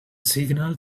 signal